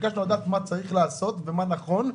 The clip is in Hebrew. ביקשנו לדעת מה צריך לעשות ומה נכון,